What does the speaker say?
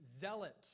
zealot